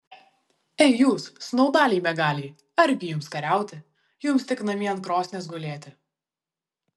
ei jūs snaudaliai miegaliai argi jums kariauti jums tik namie ant krosnies gulėti